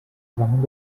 damunt